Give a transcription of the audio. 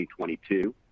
2022